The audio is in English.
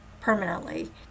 permanently